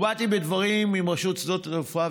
באתי בדברים עם רשות שדות התעופה,